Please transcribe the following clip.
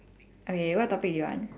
okay what topic do you want